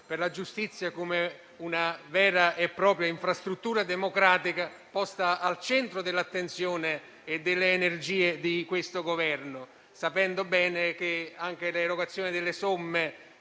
per una giustizia vista come una vera e propria infrastruttura democratica, posta al centro dell'attenzione e delle energie di questo Governo, sapendo bene che anche l'erogazione delle somme